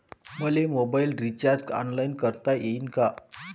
मले mobile recharge online करता येईन का?